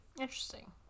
Interesting